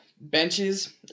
benches